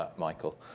michael.